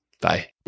bye